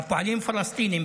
הפועלים הפלסטינים,